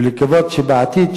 ולקוות שבעתיד,